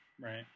Right